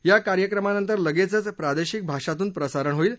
या कार्यक्रमानंतर लगेचच प्रादेशिक भाषांतून प्रसारण होईल